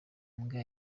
mbwa